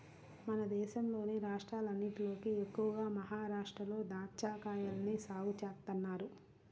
మన దేశంలోని రాష్ట్రాలన్నటిలోకి ఎక్కువగా మహరాష్ట్రలో దాచ్చాకాయల్ని సాగు చేత్తన్నారు